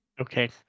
Okay